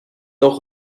auch